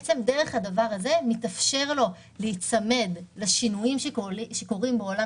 מתאפשר לו להיצמד לשינויים שקורים בעולם